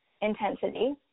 intensity